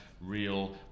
real